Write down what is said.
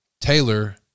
Taylor